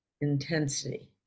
intensity